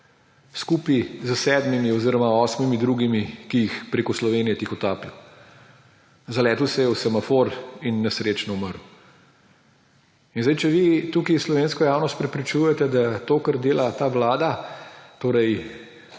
skupaj s sedmimi oziroma osmimi drugimi, ki jih preko Slovenije tihotapijo. Zaletel se je v semafor in nesrečno umrl. In zdaj, če vi tukaj slovensko javnost prepričujete, da to, kar dela ta vlada, torej